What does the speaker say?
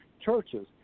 churches